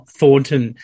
Thornton